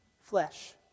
flesh